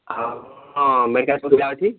ହଁ ହଁ ସୁବିଧା ଅଛି